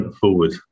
forward